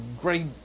great